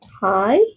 Hi